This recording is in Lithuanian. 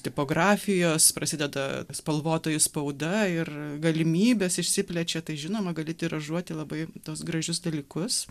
tipografijos prasideda spalvotoji spauda ir galimybės išsiplečia tai žinoma gali tiražuoti labai tuos gražius dalykus